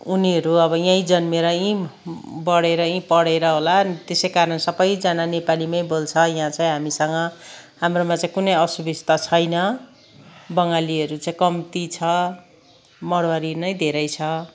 उनीहरू अब यहीँ जन्मिएर यहीँ बढेर यहीँ पढेर होला त्यसै कारण सबैजना नेपालीमै बोल्छ यहाँ चाहिँ हामीसँग हाम्रोमा चाहिँ कुनै असुबिस्ता छैन बङ्गालीहरू चाहिँ कम्ती छ माडबारी नै धेरै छ